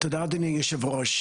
תודה אדוני היושב-ראש.